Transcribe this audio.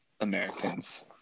Americans